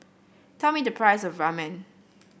tell me the price of Ramen